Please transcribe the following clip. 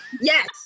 Yes